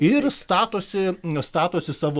ir statosi statosi savo